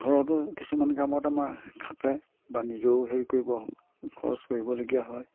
ঘৰতো কিছুমান কামত আমাৰ খাটে বা নিজেও হেৰি কৰিব খৰচ কৰিবলগীয়া হয়